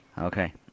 Okay